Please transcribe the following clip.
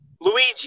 Luigi